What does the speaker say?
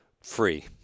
free